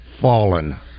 fallen